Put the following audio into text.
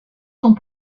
sont